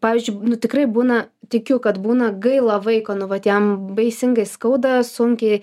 pavyzdžiui nu tikrai būna tikiu kad būna gaila vaiko nu vat jam baisingai skauda sunkiai